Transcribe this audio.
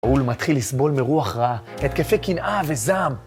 ראול מתחיל לסבול מרוח רעה, התקפה קנאה וזעם.